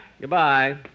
Goodbye